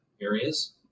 areas